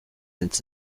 since